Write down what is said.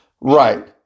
right